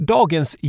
Dagens